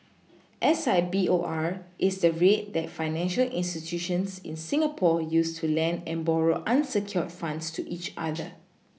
S I B O R is the rate that financial institutions in Singapore use to lend and borrow unsecured funds to each other